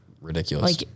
ridiculous